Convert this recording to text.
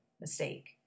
mistake